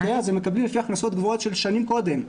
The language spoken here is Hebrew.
והם מקבלים לפי הכנסות גבוהות של שנים קודם.